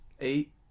eight